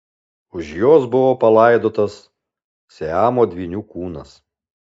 už jos buvo palaidotas siamo dvynių kūnas